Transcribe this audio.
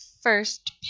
first